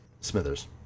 Smithers